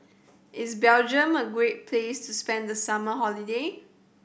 is Belgium a great place to spend the summer holiday